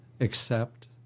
accept